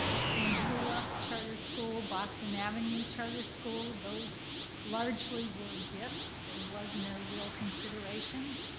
samsula charter school, boston avenue charter school, those largely were gifts. there was no real consideration.